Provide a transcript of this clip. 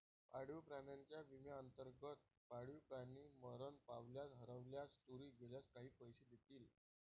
पाळीव प्राण्यांच्या विम्याअंतर्गत, पाळीव प्राणी मरण पावल्यास, हरवल्यास, चोरी गेल्यास काही पैसे देतील